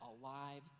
alive